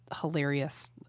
hilarious